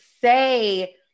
say